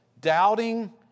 doubting